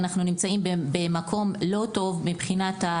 אנחנו נמצאים במקום לא טוב בציונים.